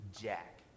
jack